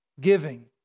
Giving